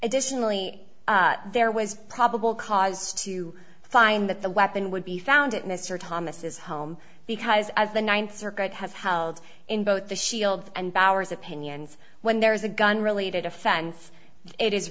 additionally there was probable cause to find that the weapon would be found at mr thomas's home because as the ninth circuit has held in both the shield and bowers opinions when there is a gun related offense i